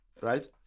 right